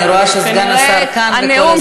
אני רואה שסגן השר כאן בכל הזמן